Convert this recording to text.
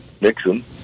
Nixon